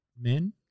men